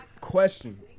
question